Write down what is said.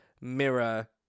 mirror